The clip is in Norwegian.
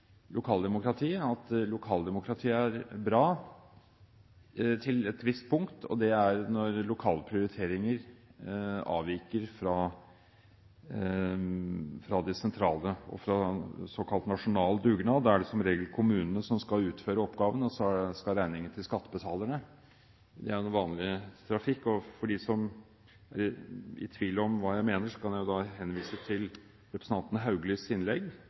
lokaldemokratiet: at lokaldemokratiet er bra til et visst punkt, og det er når lokale prioriteringer avviker fra de sentrale og fra såkalt nasjonal dugnad. Da er det som regel kommunene som skal utføre oppgaven, og så skal regningen til skattebetalerne. Det er en vanlig trafikk, og for dem som er i tvil om hva jeg mener, kan jeg henvise til representanten Hauglis innlegg,